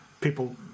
people